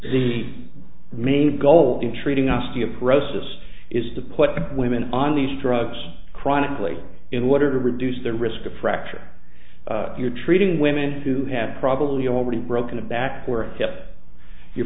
the main goal in treating us to oppress us is to put women on these drugs chronically in order to reduce the risk of fracture you're treating women who have probably already broken a backward step you're